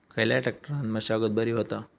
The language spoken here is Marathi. खयल्या ट्रॅक्टरान मशागत बरी होता?